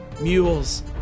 mules